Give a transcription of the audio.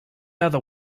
other